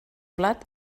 plat